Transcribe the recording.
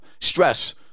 Stress